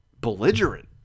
belligerent